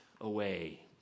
away